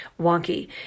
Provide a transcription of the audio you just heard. wonky